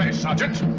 subject.